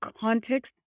context